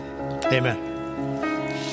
Amen